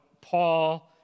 Paul